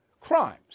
crimes